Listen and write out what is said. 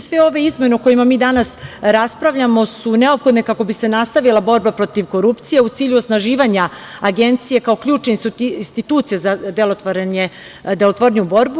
Sve ove izmene o kojima mi danas raspravljamo su neophodne kako bi se nastavila borba protiv korupcije i u cilju osnaživanja Agencije kao ključne institucije za delotvorniju borbu.